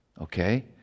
Okay